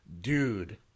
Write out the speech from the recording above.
Dude